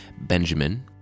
Benjamin